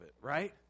right